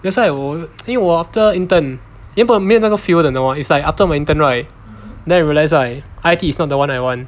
that's why 我因为我 after intern 原本我没有那个 feel 你懂 mah is like after 我 intern right then I realise right I_T is not the one that I want